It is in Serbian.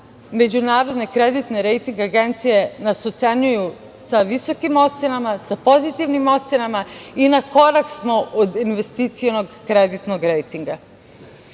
međunarodne kreditne rejting agencije, nas ocenjuju sa visokim ocenama, sa pozitivnim ocenama i na korak smo od investicionog kreditnog rejtinga. Kada